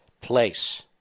place